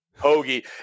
Hoagie